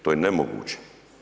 To je nemoguće.